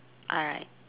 all right